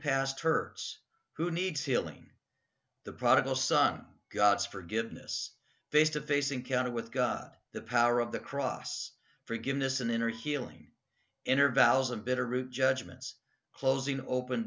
past hurts who needs healing the prodigal son god's forgiveness face to face encounter with god the power of the cross forgiveness and inner healing intervallic of bitter root judgments closing open